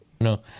no